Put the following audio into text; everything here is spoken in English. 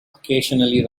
occasionally